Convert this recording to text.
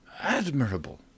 admirable